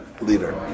leader